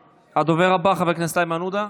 הדובר הבא, חבר הכנסת איימן עודה,